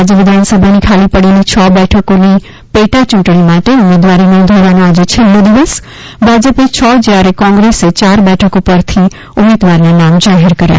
રાજય વિધાનસભાની ખાલી પડેલી છ બેઠકોની પેટા યુંટણી માટે ઉમેદવારી નોંધાવવાનો આજે છેલ્લો દિવસ ભાજપે છ જયારે કોંગ્રેસે યાર બેઠકો પરના ઉમેદવારના નામ જાહેર કર્યા